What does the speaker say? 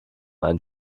einen